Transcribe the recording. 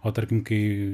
o tarkim kai